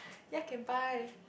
ya can buy